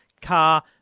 car